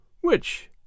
Which